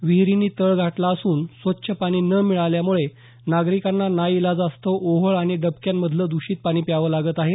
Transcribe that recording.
विहिरींनी तळ गाठला असून स्वच्छ पाणी न मिळाल्यामुळे नागरिकांना नाइलाजास्तव ओहोळ आणि डबक्यांमधलं दृषित पाणी प्यावं लागत आहे